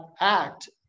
act